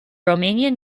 romanian